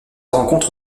rencontre